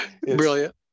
Brilliant